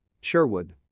sherwood